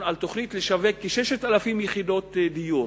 על תוכנית לשווק כ-6,000 יחידות דיור.